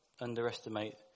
underestimate